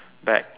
bag